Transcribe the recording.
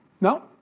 No